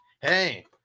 Hey